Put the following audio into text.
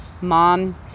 mom